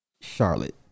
Charlotte